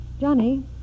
Johnny